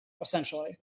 essentially